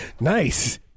Nice